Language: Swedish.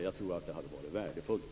Jag tror att det hade varit värdefullt.